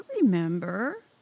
remember